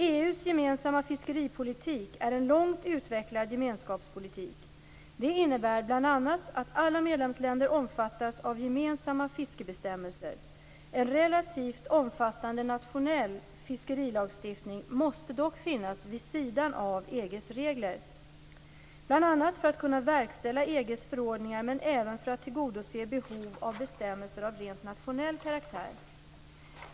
EU:s gemensamma fiskeripolitik är en långt utvecklad gemenskapspolitik. Det innebär bl.a. att alla medlemsländer omfattas av gemensamma fiskebestämmelser. En relativt omfattande nationell fiskerilagstiftning måste dock finnas vid sidan av EG:s regler, bl.a. för att kunna verkställa EG:s förordningar, men även för att tillgodose behovet av bestämmelser av rent nationell karaktär.